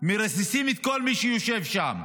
מרסיסים את כל מי שיושב שם,